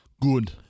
Good